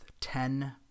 ten